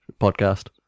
podcast